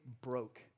broke